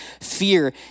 fear